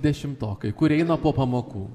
dešimtokai kurie eina po pamokų